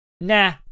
Nah